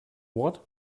what